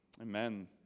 Amen